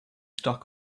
doc